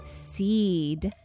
seed